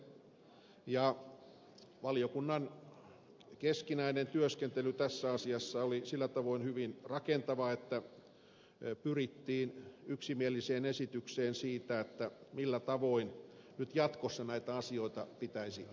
valiokunnan keskinäinen työskentely tässä asiassa oli sillä tavoin hyvin rakentavaa että pyrittiin yksimieliseen esitykseen siitä millä tavoin nyt jatkossa näitä asioita pitäisi hoitaa